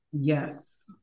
Yes